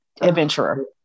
Adventurer